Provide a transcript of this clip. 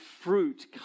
fruit